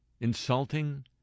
insulting